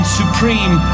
supreme